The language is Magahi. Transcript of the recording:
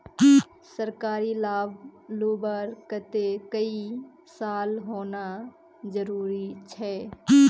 सरकारी लाभ लुबार केते कई साल होना जरूरी छे?